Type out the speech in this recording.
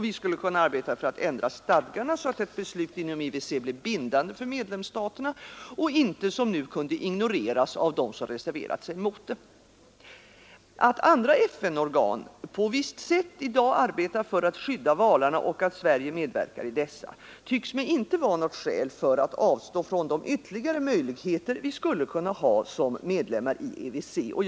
Vi skulle kunna arbeta för att ändra stadgarna så att ett beslut inom IWC bleve bindande för medlemsstaterna och inte, som nu, kunde ignoreras av dem som reserverat sig. Att andra FN-organ på visst sätt i dag arbetar för att skydda valarna och att Sverige medverkar i dessa tycks mig inte vara något skäl för att avstå från de ytterligare möjligheter vi skulle kunna ha som medlemmar i IWC.